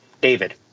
David